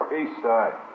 Eastside